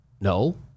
No